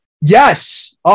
Yes